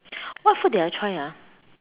what food did I try ah